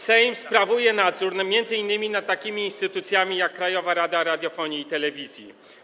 Sejm sprawuje nadzór m.in. nad takimi instytucjami jak Krajowa Rada Radiofonii i Telewizji.